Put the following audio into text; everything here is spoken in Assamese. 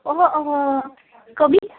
অঁ অঁ কবিতা